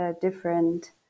different